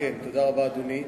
תודה רבה, אדוני.